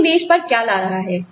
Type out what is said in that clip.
कोई मेज पर क्या ला रहा है